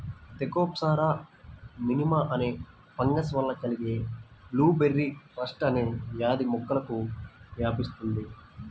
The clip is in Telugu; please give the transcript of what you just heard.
థెకోప్సోరా మినిమా అనే ఫంగస్ వల్ల కలిగే బ్లూబెర్రీ రస్ట్ అనే వ్యాధి మొక్కలకు వ్యాపిస్తుంది